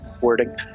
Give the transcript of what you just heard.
wording